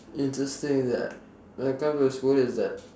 interesting that when I come to school it's that